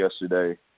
yesterday